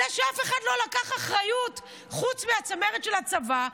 זה שאף אחד לא לקח אחריות חוץ מהצמרת של הצבא,